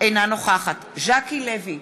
אינה נוכחת ז'קי לוי,